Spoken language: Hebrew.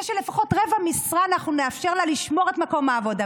זה שלפחות ברבע משרה אנחנו נאפשר לה לשמור את מקום העבודה,